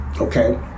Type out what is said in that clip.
okay